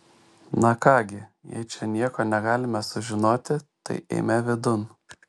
na ką gi jei čia nieko negalime sužinoti tai eime vidun